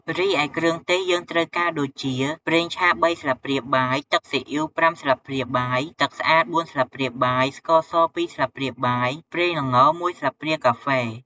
រីឯ គ្រឿងទេសយើងត្រូវការ ដូចជា ប្រេងឆា ៣ ស្លាបព្រាបាយ ទឹកស៊ីអុីវ ៥ ស្លាបព្រាបាយ, ទឹកស្អាត ៤ ស្លាបព្រាបាយ, ស្ករស ២ ស្លាបព្រាបាយ , ប្រេងល្ង ១ ស្លាបព្រាកាហ្វេ។